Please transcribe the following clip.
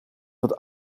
wat